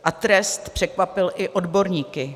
A trest překvapil i odborníky.